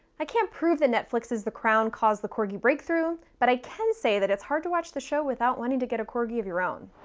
i can't prove that netflix's the crown caused the corgi breakthrough, but i can say that it's hard to watch the show without wanting to get a corgi of your own.